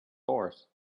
horse